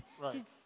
Right